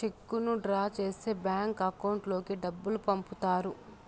చెక్కును డ్రా చేస్తే bank account లోకి డబ్బులు పంపుతారు